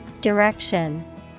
Direction